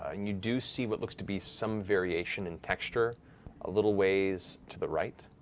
and you do see what looks to be some variation in texture a little ways to the right.